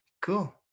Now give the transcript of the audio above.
Cool